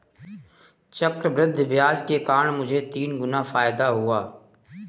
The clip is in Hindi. चक्रवृद्धि ब्याज के कारण मुझे तीन गुना फायदा हुआ